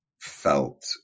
felt